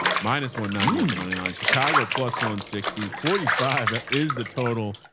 minus one ninety. and the moneyline chicago plus one sixty forty five is the total.